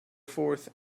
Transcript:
forth